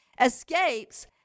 escapes